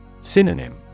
Synonym